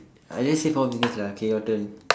I just say four fingers lah K your turn